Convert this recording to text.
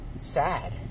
sad